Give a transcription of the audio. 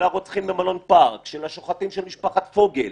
של הרוצחים במלון פארק, של השוחטים של משפחת פוגל.